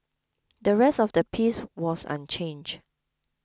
the rest of the piece was unchanged